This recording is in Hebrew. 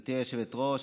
גברתי היושבת-ראש,